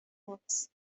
hoax